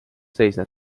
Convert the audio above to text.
seisneb